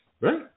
Right